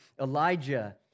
Elijah